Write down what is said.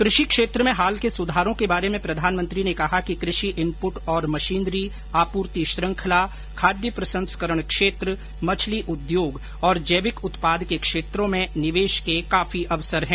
कृषि क्षेत्र में हाल के सुधारों के बारे में प्रधानमंत्री ने कहा कि कृषि इनपुट और मशीनरी आपूर्ति श्रंखला खाद्य प्रसंस्करण क्षेत्र मछली उद्योग और जैविक उत्पाद के क्षेत्रों में निवेश के काफी अवसर हैं